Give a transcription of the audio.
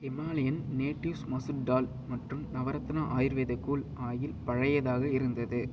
Himalayan natives masoor dal மற்றும் Navratna Ayurvedic cool oil பழையதாக இருந்தது